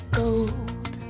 gold